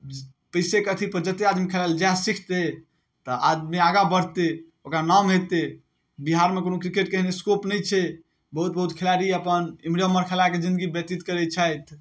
पैसेके अथीपर जेते आदमी खेलाइ लए जएह सीखतै तऽ आदमी आगाँ बढ़तै ओकरा नाम हेतै बिहारमे कोनो क्रिकेटके एहन स्कोप नहि छै बहुत बहुत खेलाड़ी अपन इमहरे उमहर खेलाकऽ जिन्दगी व्यतीत करै छथि